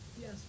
Yes